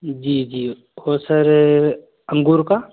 जी जी हो सर अंगूर का